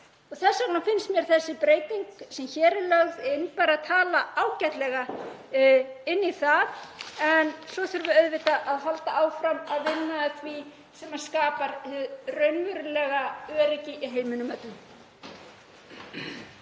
Þess vegna finnst mér þessi breyting sem hér er lögð inn bara tala ágætlega inn í það. Svo þurfum við auðvitað að halda áfram að vinna að því sem skapar hið raunverulega öryggi í heiminum öllum.